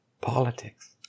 politics